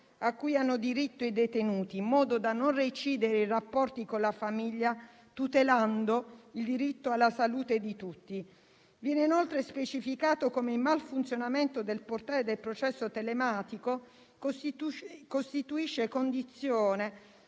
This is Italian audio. cui hanno diritto i detenuti, in modo da non recidere i rapporti con la famiglia tutelando il diritto alla salute di tutti. Viene inoltre specificato che il malfunzionamento del portale del processo telematico costituisce condizione